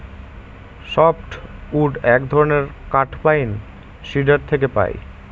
soft wood এক ধরনের কাঠ পাইন, সিডর থেকে পাই